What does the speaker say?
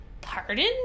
Pardon